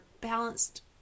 balanced